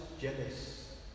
jealous